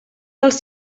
dels